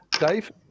Dave